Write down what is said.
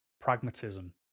pragmatism